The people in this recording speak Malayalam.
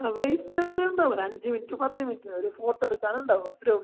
ആ വെയിറ്റ് അത്രയും ഉണ്ടാവില്ല അഞ്ച് മിനിറ്റ് പത്ത് മിനിറ്റ് നേരം ഒരു ഫോട്ടോ എടുക്കാൻ ഉണ്ടാവും അത്രയേ ഉള്ളൂ